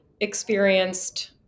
experienced